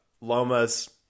Loma's